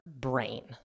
brain